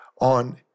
on